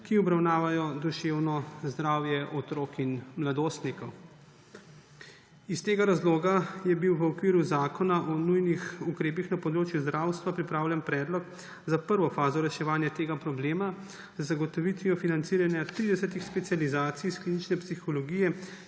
ki obravnavajo duševno zdravje otrok in mladostnikov. Iz tega razloga je bil v okviru Zakona o nujnih ukrepih na področju zdravstva pripravljen predlog za prvo fazo reševanja tega problema z zagotovitvijo financiranja 30 specializacij iz klinične psihologije